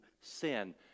sin